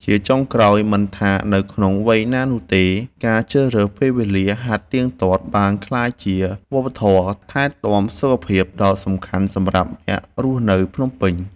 ជាចុងក្រោយ មិនថានៅក្នុងវ័យណានោះទេ ការជ្រើសរើសពេលវេលាហាត់ទៀងទាត់បានក្លាយជាវប្បធម៌ថែទាំសុខភាពដ៏សំខាន់សម្រាប់អ្នករស់នៅភ្នំពេញ។